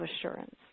assurance